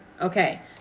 Okay